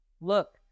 look